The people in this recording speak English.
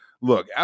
look